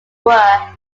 were